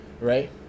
Right